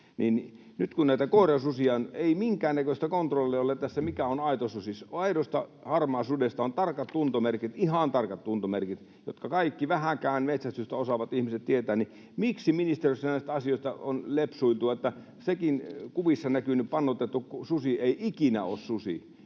Nyt, kun näitä koirasusia on, niin ei minkäännäköistä kontrollia ole tässä, mikä on aito susi. Aidosta harmaasudesta on tarkat tuntomerkit, ihan tarkat tuntomerkit, jotka kaikki vähänkään metsästystä osaavat ihmiset tietävät, niin että miksi ministeriössä näissä asioissa on lepsuiltu? Sekään kuvissa näkynyt pannoitettu susi ei ikinä ole susi,